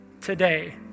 today